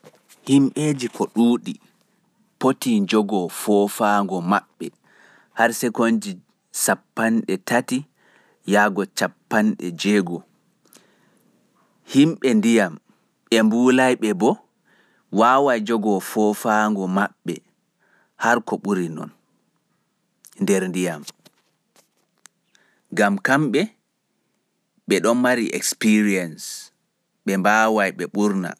Himɓeeji ko ɗuuɗi fotii njogoo foofaango maɓɓe har sekonnji sappanɗe tati yahgo cappanɗe jeego'o, himɓe ndiyam e mbuulayɓe boo waaway njogoo foofaango maɓɓe har ko ɓuri non nder ndiyam, ngam kamɓe, ɓe ɗon mari experiance ɓe mbaaway ɓe ɓurna.